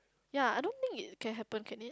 ya I don't think it can happen can it